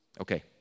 Okay